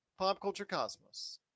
PopCultureCosmos